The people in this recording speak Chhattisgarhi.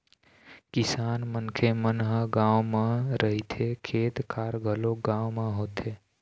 किसान मनखे मन ह गाँव म रहिथे, खेत खार घलोक गाँव म होथे